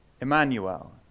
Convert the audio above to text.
Emmanuel